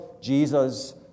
Jesus